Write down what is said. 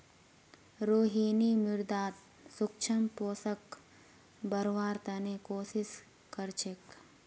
रोहिणी मृदात सूक्ष्म पोषकक बढ़व्वार त न कोशिश क र छेक